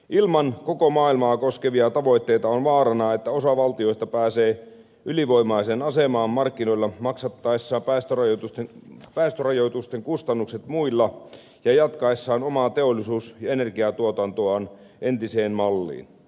ilman koko maailmaa koskevia tavoitteita on vaarana että osa valtioista pääsee ylivoimaiseen asemaan markkinoilla maksattaessaan päästörajoitusten kustannukset muilla ja jatkaessaan omaa teollisuus ja energiatuotantoaan entiseen malliin